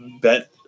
bet